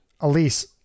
Elise